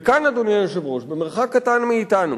וכאן, אדוני היושב-ראש, במרחק קטן מאתנו,